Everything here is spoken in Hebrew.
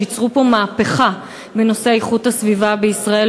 שייצרו פה מהפכה בנושא איכות הסביבה בישראל,